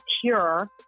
cure